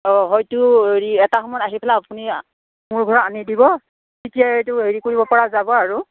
অঁ হয়তো হেৰি এটা সময়ত আহি পেলাই আপুনি মোৰ ঘৰত আনি দিব তেতিয়াই এইটো হেৰি কৰিবপৰা যাব আৰু